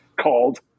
called